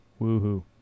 Woohoo